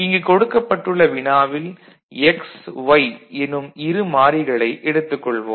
இங்கு கொடுக்கப்பட்டுள்ள வினாவில் x y எனும் இரு மாறிகளை எடுத்துக் கொள்வோம்